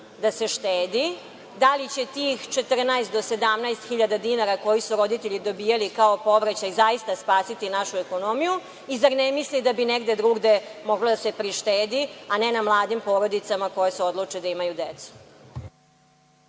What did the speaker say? da se štedi? Da li će tih 14.000 do 17.000 dinara koje su roditelji dobijali kao povraćaj zaista spasiti našu ekonomiju i zar ne misli da bi negde drugde moglo da se prištedi, a ne na mladim porodicama koje se odluče da imaju decu.